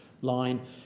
line